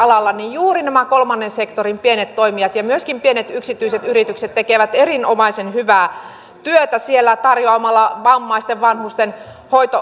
esimerkiksi sosiaalialalla juuri nämä kolmannen sektorin pienet toimijat ja myöskin pienet yksityiset yritykset tekevät erinomaisen hyvää työtä tarjoamalla vammaisten ja vanhusten